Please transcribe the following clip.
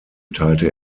teilte